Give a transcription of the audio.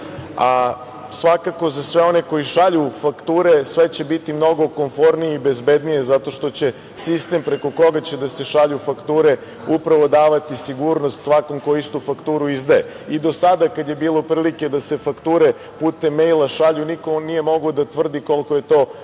a svakako za sve one koji šalju fakture sve će biti mnogo komfornije i bezbednije zato što će sistem preko koga će da se šalju fakture upravo davati sigurnost svakom ko istu fakturu izdaje. I do sada kada je bilo prilike da se fakture putem mejla šalju, niko nije mogao da tvrdi koliko je to